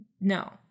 no